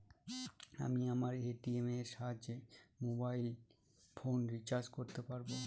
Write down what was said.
আমি আমার এ.টি.এম এর সাহায্যে মোবাইল ফোন রিচার্জ করতে পারব?